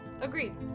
Agreed